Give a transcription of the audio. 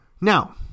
Now